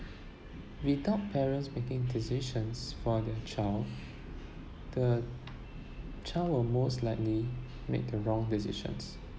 without parents making decisions for the child the child will most likely make the wrong decisions